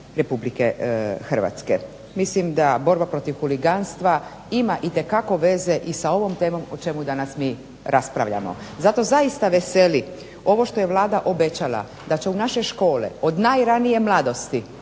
Republike Hrvatske. Mislim da borba protiv huliganstva ima itekako veze i sa ovom temom o čemu danas mi raspravljamo. Zato zaista veseli ovo što je Vlada obećala da će u naše škole od najranije mladosti,